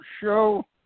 show